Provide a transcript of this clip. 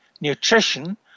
nutrition